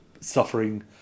suffering